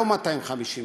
לא 250,000,